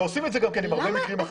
עושים את זה במקרים רבים אחרים.